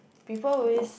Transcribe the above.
before we